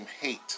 hate